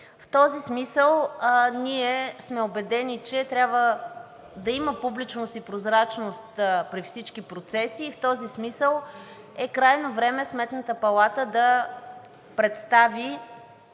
В този смисъл ние сме убедени, че трябва да има публичност и прозрачност при всички процеси и в този смисъл е крайно време Сметната палата да представи